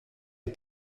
les